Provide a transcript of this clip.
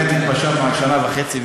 ובאמת התפשרנו על שנה וחצי,